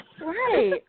Right